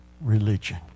religion